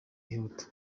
yihuta